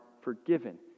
forgiven